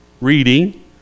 reading